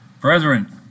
Brethren